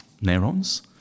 neurons